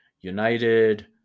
United